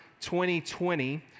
2020